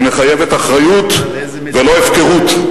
היא מחייבת אחריות ולא הפקרות,